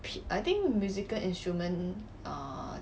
I think musical instrument uh